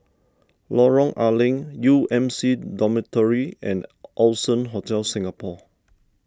Lorong A Leng U M C Dormitory and Allson Hotel Singapore